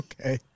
Okay